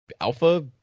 alpha